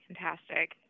Fantastic